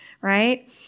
Right